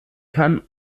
kann